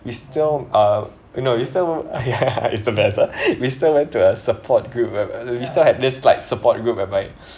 we still uh you know it's still ah ya it's the best ah we still went to a support group wh~ we still have this like support group uh but like